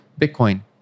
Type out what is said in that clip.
Bitcoin